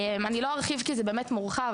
אני לא ארחיב כי זה באמת מורחב,